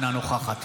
אינה נוכחת